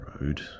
road